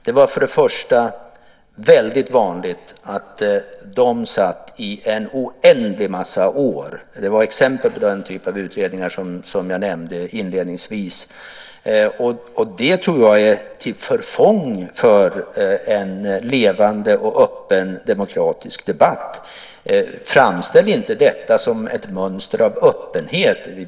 Det var väldigt vanligt att de arbetade under en oändlig massa år. Det var exempel på den typ av utredningar som jag nämnde inledningsvis. Det tror jag är till förfång för en levande och öppen demokratisk debatt. Framställ inte detta som ett mönster av öppenhet.